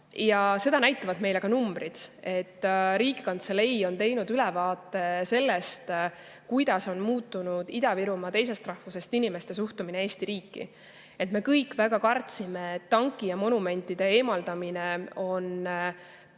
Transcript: Seda näitavad meile ka numbrid. Riigikantselei on teinud ülevaate sellest, kuidas on muutunud Ida-Virumaa teisest rahvusest inimeste suhtumine Eesti riiki. Me kõik väga kartsime, et tanki ja monumentide eemaldamine on pigem